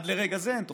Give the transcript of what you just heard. עד לרגע זה אין תוכנית.